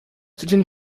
tydzień